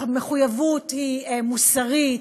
המחויבות היא מוסרית,